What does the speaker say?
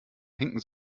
hinken